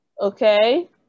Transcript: okay